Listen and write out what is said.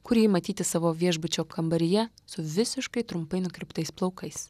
kur ji matyti savo viešbučio kambaryje su visiškai trumpai nukirptais plaukais